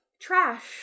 Trash